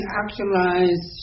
actualize